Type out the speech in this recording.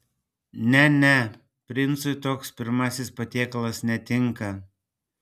ne ne princui toks pirmasis patiekalas netinka